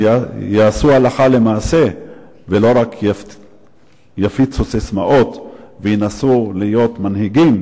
שיעשו אותם הלכה למעשה ולא רק יפיצו ססמאות וינסו להיות מנהיגים,